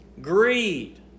greed